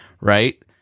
right